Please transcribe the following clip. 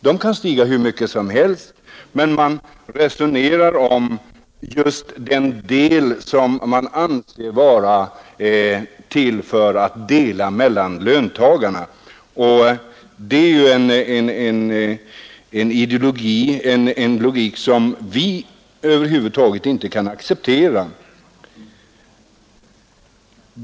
De kan stiga hur mycket som helst, men man resonerar om just den del som man anser vara till för att fördela mellan löntagarna. Det är en ideologi och en logik som vi över huvud taget inte kan acceptera.